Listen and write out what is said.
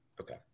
Okay